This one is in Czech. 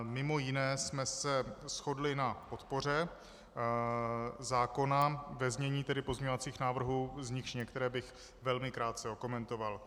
Mimo jiné jsme se shodli na podpoře zákona ve znění pozměňovacích návrhů, z nichž některé bych velmi krátce okomentoval.